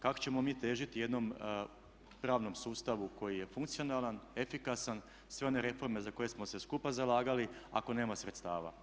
Kako ćemo mi težiti jednom pravno sustavu koji je funkcionalan, efikasan, sve one reforme za koje smo se skupa zalagali ako nema sredstava.